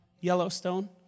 Yellowstone